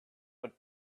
would